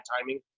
timing